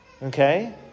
Okay